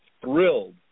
thrilled